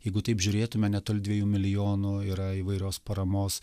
jeigu taip žiūrėtume netoli dviejų milijonų yra įvairios paramos